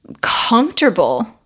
comfortable